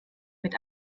mit